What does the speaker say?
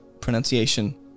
pronunciation